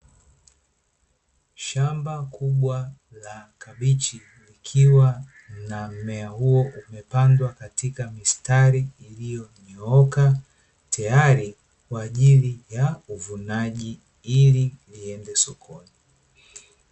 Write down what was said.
Shamba kubwa la kabichi, likiwa na mmea huo umepandwa katika mistari iliyonyooka, tayari kwa ajili ya uvunaji ili liende sokoni.